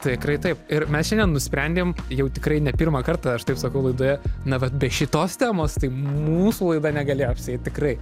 tikrai taip ir mes šiandien nusprendėm jau tikrai ne pirmą kartą aš taip sakau laidoje na vat be šitos temos tai mūsų laida negalėjo apsieit tikrai